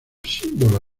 símbolo